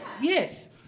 Yes